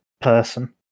person